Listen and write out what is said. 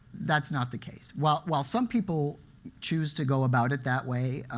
that's not the case. while while some people choose to go about it that way,